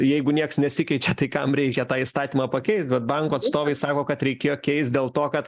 jeigu nieks nesikeičia tai kam reikia tą įstatymą pakeist bet banko atstovai sako kad reikėjo keist dėl to kad